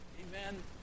Amen